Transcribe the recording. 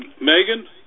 Megan